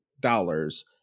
dollars